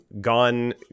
gone